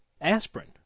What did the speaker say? aspirin